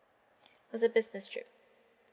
is a business trip